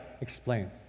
explain